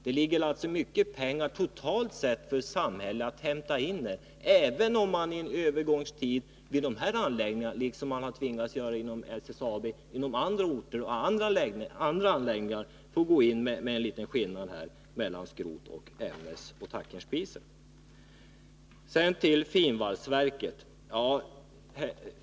Det ligger alltså mycket pengar totalt sett för samhället att hämta in, även om man i en övergångstid vid de här anläggningarna — liksom man har tvingats göra inom SSAB på andra orter och inom andra anläggningar — får gå in med en liten skillnad mellan skrotoch tackjärnspriser. Sedan till finvalsverket.